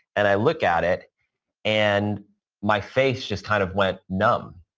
and i look at it and my face just kind of went numb.